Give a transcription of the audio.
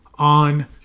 on